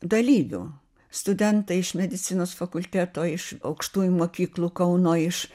dalyvių studentai iš medicinos fakulteto iš aukštųjų mokyklų kauno iš